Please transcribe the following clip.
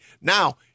Now